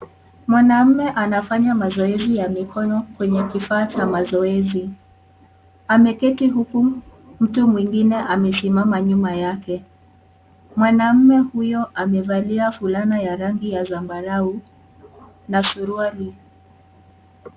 Mwanamume anafanya mazoezi ya mikoni kwenye kifaa cha mazoezi. Ameketi huku mtu mwengine amesimama nyuma yake. Mwanamume huyo amevalia fulana ya rangi ya zambarau na suruali.